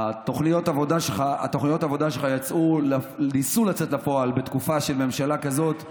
שתוכניות העבודה שלך ניסו לצאת לפועל בתקופה של ממשלה כזאת.